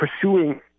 pursuing